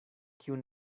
kiun